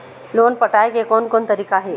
Loan पटाए के कोन कोन तरीका हे?